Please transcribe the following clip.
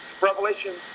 Revelation